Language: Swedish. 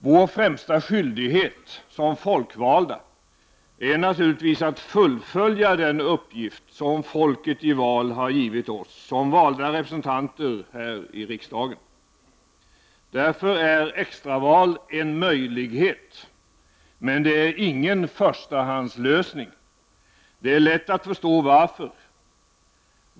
Vår främsta skyldighet som folkvalda är naturligtvis att fullfölja den uppgift som folket i val har givit oss som valda representanter här i riksdagen. Därför är extraval en möjlighet. Men det är ingen förstahandslösning. Det är lätt att förstå varför.